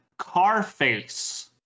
Carface